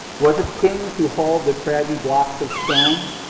was it kings who hauled the craggy blocks of stone?